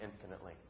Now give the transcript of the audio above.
infinitely